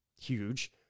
huge